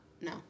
no